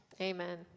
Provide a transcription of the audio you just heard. Amen